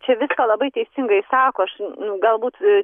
čia viską labai teisingai sako aš galbūt